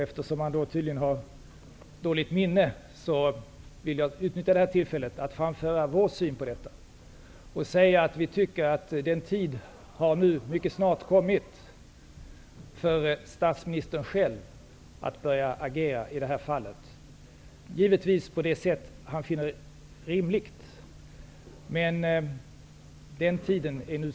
Eftersom han tydligen har dåligt minne vill jag utnyttja det här tillfället till att framföra vår syn på detta. Vi tycker att den tid nu har kommit då statsministern själv bör börja agera i det här fallet, givetvis på det sätt han finner rimligt.